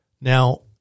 Now